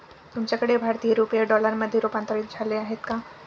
तुमच्याकडे भारतीय रुपये डॉलरमध्ये रूपांतरित झाले आहेत का?